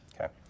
Okay